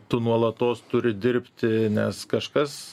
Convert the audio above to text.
tu nuolatos turi dirbti nes kažkas